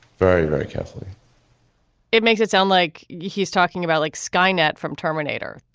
very, very carefully it makes it sound like he's talking about like skynet from terminator,